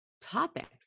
topics